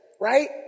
Right